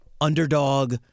underdog